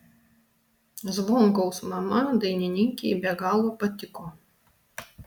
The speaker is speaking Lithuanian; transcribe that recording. zvonkaus mama dainininkei be galo patiko